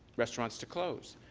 restaurants to close?